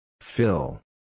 Fill